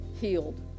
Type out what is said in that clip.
healed